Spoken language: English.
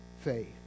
faith